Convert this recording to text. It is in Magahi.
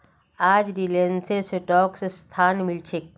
आज रिलायंसेर स्टॉक सस्तात मिल छ